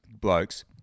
blokes